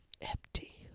Empty